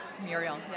Muriel